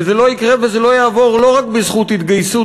וזה לא יקרה וזה לא יעבור לא רק בזכות התגייסות